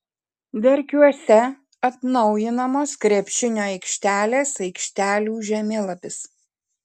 verkiuose atnaujinamos krepšinio aikštelės aikštelių žemėlapis